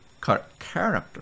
character